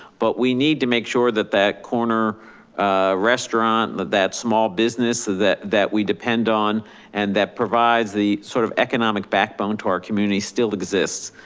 but we need to make sure that that corner restaurant, that that small business that that we depend on and that provides the sort of economic backbone to our community still exists.